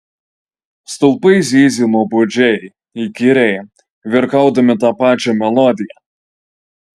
stulpai zyzė nuobodžiai įkyriai virkaudami tą pačią melodiją